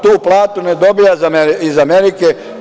Tu platu ne dobija iz Amerike.